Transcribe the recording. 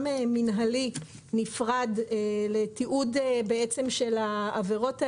מינהלי נפרד לתיעוד של העבירות האלה,